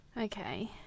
Okay